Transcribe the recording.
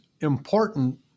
important